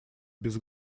без